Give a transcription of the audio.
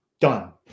Done